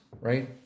right